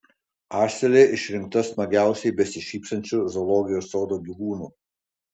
asilė išrinkta smagiausiai besišypsančiu zoologijos sodo gyvūnu